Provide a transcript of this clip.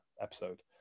episode